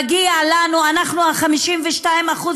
מגיע לנו, אנחנו 52%